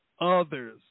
others